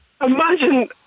Imagine